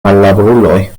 mallaboruloj